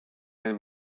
nel